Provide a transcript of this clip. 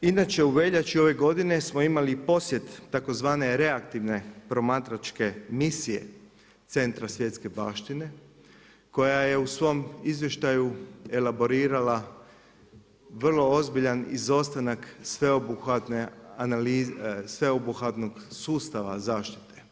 Inače u veljači ove godine smo imali posjet tzv. reaktivne promatračke misije centra svjetske baštine koja je u svom izvještaju elaborirala vrlo ozbiljan izostanak sveobuhvatnog sustava zaštite.